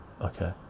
okay